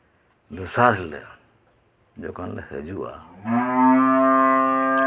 ᱫᱚᱥᱟᱨ ᱦᱤᱞᱳᱜ ᱡᱚᱠᱷᱚᱱ ᱞᱮ ᱦᱤᱡᱩᱜᱼᱟ